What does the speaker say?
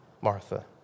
Martha